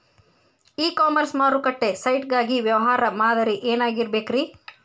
E commerce ಮಾರುಕಟ್ಟೆ site ಗಾಗಿ ವ್ಯವಹಾರ ಮಾದರಿ ಏನಾಗಿರಬೇಕ್ರಿ?